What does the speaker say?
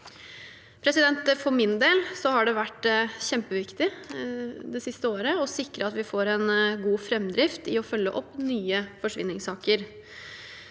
For min del har det vært kjempeviktig det siste året å sikre at vi får en god framdrift i oppfølgingen av nye forsvinningssaker.